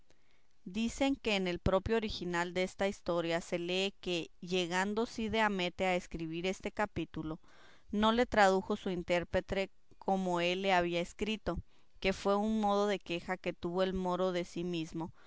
dicen que en el propio original desta historia se lee que llegando cide hamete a escribir este capítulo no le tradujo su intérprete como él le había escrito que fue un modo de queja que tuvo el moro de sí mismo